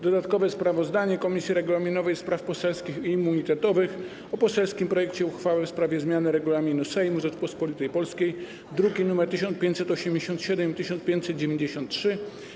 Dodatkowe sprawozdanie Komisji Regulaminowej, Spraw Poselskich i Immunitetowych o poselskim projekcie uchwały w sprawie zmiany Regulaminu Sejmu Rzeczypospolitej Polskiej, druki nr 1587 i 1593.